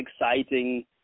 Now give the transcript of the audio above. exciting